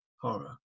horror